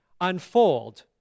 unfold